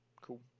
Cool